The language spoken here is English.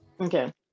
Okay